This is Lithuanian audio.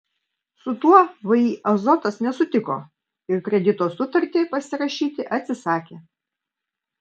su tuo vį azotas nesutiko ir kredito sutartį pasirašyti atsisakė